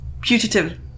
putative